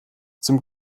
zum